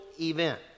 event